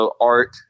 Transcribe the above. art